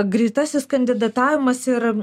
greitasis kandidatavimas ir